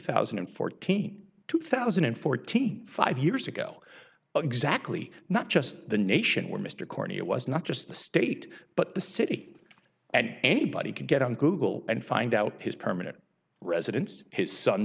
thousand and fourteen two thousand and fourteen five years ago well exactly not just the nation where mr courtney it was not just the state but the city and anybody can get on google and find out his permanent residence his son